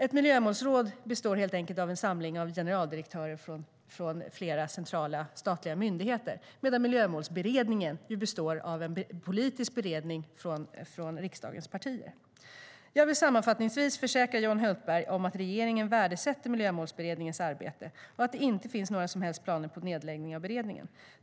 Ett miljömålsråd består helt enkelt av en samling generaldirektörer från flera centrala statliga myndigheter, medan Miljömålsberedningen består av en politisk beredning från riksdagens partier. Jag vill sammanfattningsvis försäkra Johan Hultberg om att regeringen värdesätter Miljömålsberedningens arbete och att det inte finns några som helst planer på en nedläggning av beredningen.